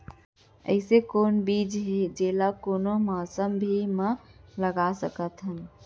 अइसे कौन बीज हे, जेला कोनो मौसम भी मा लगा सकत हन?